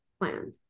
plan